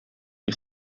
que